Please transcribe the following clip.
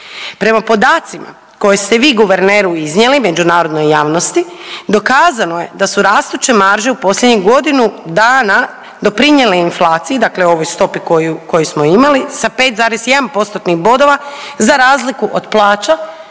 Prema podacima koje ste vi guverneru iznijeli međunarodnoj javnosti dokazano je da su rastuće marže u posljednjih godinu dana doprinijele inflaciji, dakle ovoj stopi koju smo imali sa 5,1 postotnih bodova, za razliku od plaća